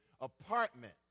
apartment